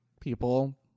people